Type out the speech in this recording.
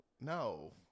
No